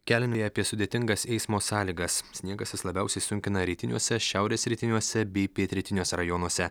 kelmėje apie sudėtingas eismo sąlygas sniegas jis labiausiai sunkina rytiniuose šiaurės rytiniuose bei pietrytiniuose rajonuose